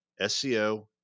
SEO